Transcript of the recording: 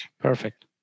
Perfect